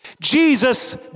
Jesus